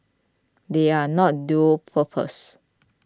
they are not dual purpose